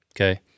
Okay